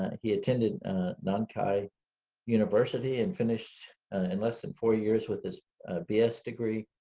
he attended nankai university and finished in less than four years with his bs degree,